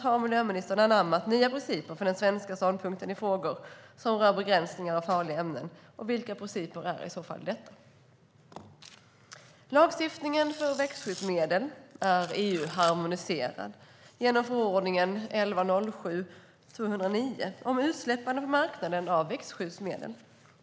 Har miljöministern anammat nya principer för den svenska ståndpunkten i frågor som rör begränsningar av farliga ämnen, och vilka är i så fall dessa principer? Lagstiftningen för växtskyddsmedel är EU-harmoniserad genom förordning 1107/2009 om utsläppande på marknaden av växtskyddsmedel.